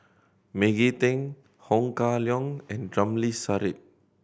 Maggie Teng Ho Kah Leong and Ramli Sarip